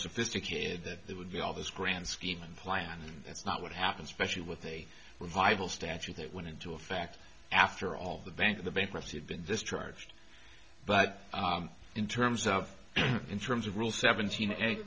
sophisticated that there would be all this grand scheme and plan and that's not what happens specially with a revival statute that went into effect after all the bank of the bankruptcy had been discharged but in terms of in terms of real seventeen an